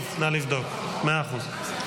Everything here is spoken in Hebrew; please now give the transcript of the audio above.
--- לחצת וזה לא תפס, או שלא הספקת ללחוץ?